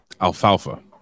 alfalfa